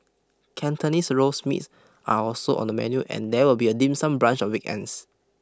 Cantonese roast meats are also on the menu and there will be a dim sum brunch on weekends